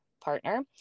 partner